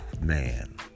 man